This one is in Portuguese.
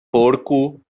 porco